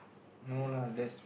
no lah there's